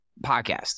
podcast